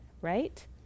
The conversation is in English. right